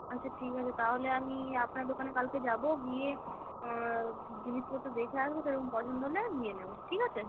আচ্ছা ঠিক আছে তাহলে আমি আপনার দোকানে কালকে যাব গিয়ে জিনিসপত্র দেখে আসব সেরকম পছন্দ হলে নিয়ে নেব ঠিক আছে